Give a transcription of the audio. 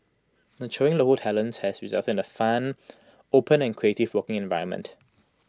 nurturing local talents has resulted in A fun open and creative working environment